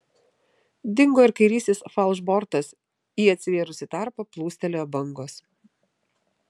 dingo ir kairysis falšbortas į atsivėrusį tarpą plūstelėjo bangos